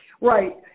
Right